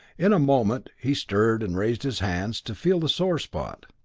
in a moment he stirred and raised his hand to feel the sore spot.